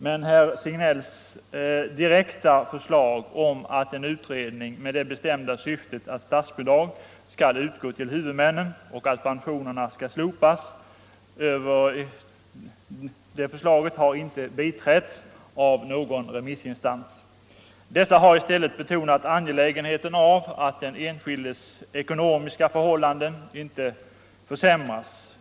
Men herr Signells direkta förslag — om en utredning med det bestämda syftet att statsbidrag skall utgå till huvudmännen och att pensionerna skall slopas — har inte biträtts av remissinstanserna. Dessa har i stället betonat angelägenheten av att den enskildes ekonomiska förhållanden inte försämras.